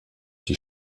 die